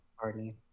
Party